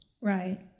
Right